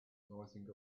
rising